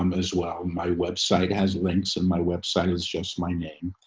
um as well. my website has links and my website is just my name.